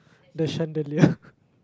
the chandelier